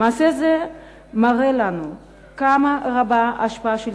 מעשה זה מראה לנו כמה רבה ההשפעה של